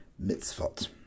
mitzvot